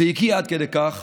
זה הגיע עד כדי כך